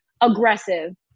aggressive